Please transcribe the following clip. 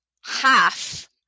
half